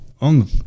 on